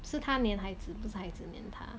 是他粘孩子不是孩子粘他